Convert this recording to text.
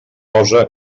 cosa